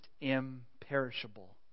imperishable